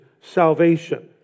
salvation